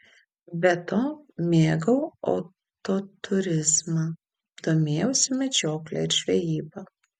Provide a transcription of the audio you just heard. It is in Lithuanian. be to mėgau autoturizmą domėjausi medžiokle ir žvejyba